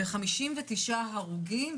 ו-59 הרוגים,